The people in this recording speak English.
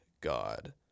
God